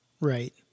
Right